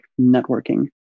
networking